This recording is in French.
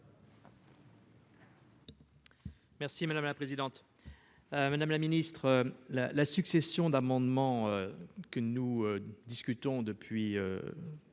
Merci madame la présidente, madame la ministre, la la succession d'amendements que nous discutons depuis ce